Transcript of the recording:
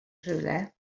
rhywle